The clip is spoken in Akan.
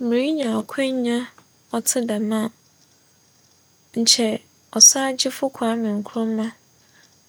Merenya akwanya a ͻtse dɛm a, nkyɛ ͻsagyefo Kwame Nkrumah